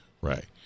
Right